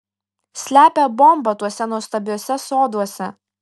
slepia bombą tuose nuostabiuose soduose